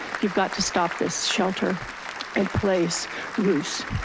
you've got to stop this shelter in place ruse.